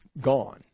gone